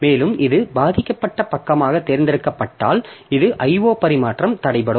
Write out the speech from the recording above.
மேலும் இது பாதிக்கப்பட்ட பக்கமாகத் தேர்ந்தெடுக்கப்பட்டால் இந்த IO பரிமாற்றம் தடைபடும்